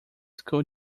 school